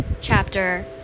chapter